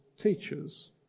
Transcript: teachers